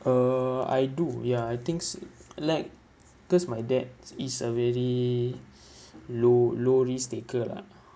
uh I do ya I think is or like cause my dad is a very low low risk taker lah